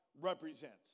represents